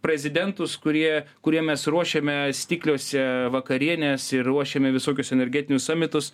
prezidentus kurie kuriem mes ruošėme stikliuose vakarienes ir ruošėme visokius energetinius samitus